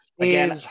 Again